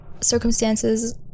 circumstances